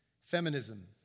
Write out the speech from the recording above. feminism